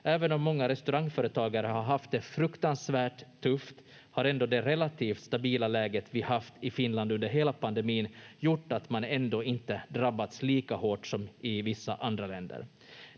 Även om många restaurangföretagare har haft det fruktansvärt tufft har ändå det relativt stabila läget vi haft i Finland under hela pandemin gjort att man ändå inte drabbats lika hårt som i vissa andra länder.